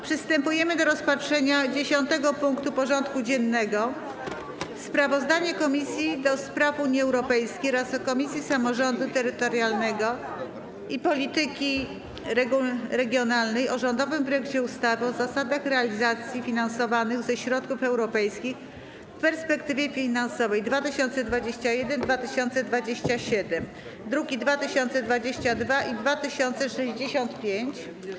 Przystępujemy do rozpatrzenia punktu 10. porządku dziennego: Sprawozdanie Komisji do Spraw Unii Europejskiej oraz Komisji Samorządu Terytorialnego i Polityki Regionalnej o rządowym projekcie ustawy o zasadach realizacji zadań finansowanych ze środków europejskich w perspektywie finansowej 2021-2027 (druki nr 2022 i 2065)